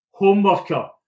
homeworker